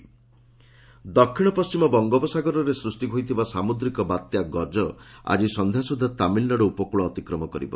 cyclone Gaja ଦକ୍ଷିଣ ପଶ୍ଚିମ ବଙ୍ଗୋପସାଗରରେ ସୃଷ୍ଟି ହୋଇଥିବା ସାମୁଦ୍ରିକ ବାତ୍ୟା 'ଗଜ' ଆଜି ସନ୍ଧ୍ୟାସୁଦ୍ଧା ତାମିଲନାଡୁ ଉପକୂଳ ଅତିକ୍ରମ କରିବ